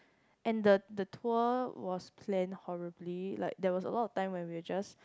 and the the tour was planned horribly like there was a lot of time when we just